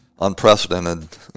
unprecedented